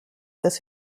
this